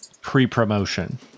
Pre-promotion